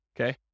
okay